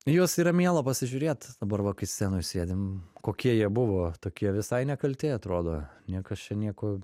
į juos yra miela pasižiūrėt dabar va kai scenoj sėdim kokie jie buvo tokie visai nekalti atrodo niekas čia nieko